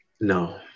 No